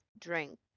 drink